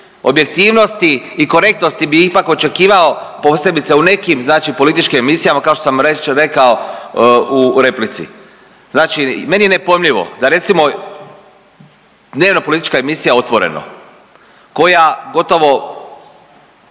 objektivnosti i korektnosti bi ipak očekivao posebice u nekim znači političkim emisijama kao što sam već rekao u replici. Znači meni je nepojmljivo da recimo dnevno politička emisija „Otvoreno“ koja gotovo